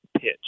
pitch